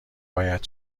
باید